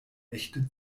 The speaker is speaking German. echte